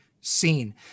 seen